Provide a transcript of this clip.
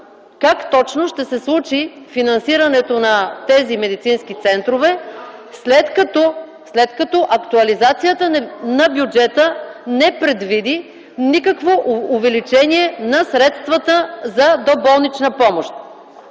как точно ще се случи финансирането на тези медицински центрове, (реплики от ГЕРБ) след като актуализацията на бюджета не предвиди никакво увеличение на средствата за доболнична помощ?